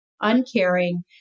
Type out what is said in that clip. Uncaring